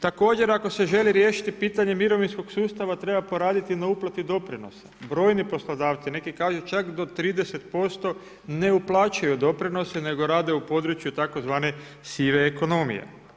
Također ako se želi riješiti pitanje mirovinskog sustava treba poraditi na uplati doprinosa, brojni poslodavci, neki kažu čak do 30% ne uplaćuju doprinose nego rade u području rade tzv. sive ekonomije.